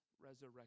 resurrection